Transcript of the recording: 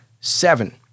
seven